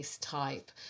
Type